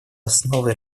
основой